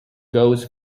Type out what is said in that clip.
goes